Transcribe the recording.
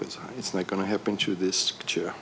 but it's not going to happen to this